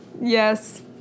yes